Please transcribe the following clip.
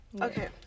Okay